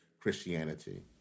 Christianity